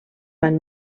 van